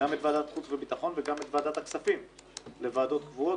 להפוך את ועדת החוץ והביטחון ואת ועדת הכספים לוועדות קבועות,